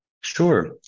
Sure